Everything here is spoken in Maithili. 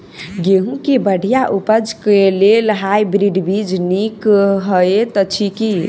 गेंहूँ केँ बढ़िया उपज केँ लेल हाइब्रिड बीज नीक हएत अछि की?